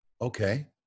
Okay